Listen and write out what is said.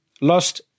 lost